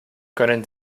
können